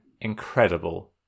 incredible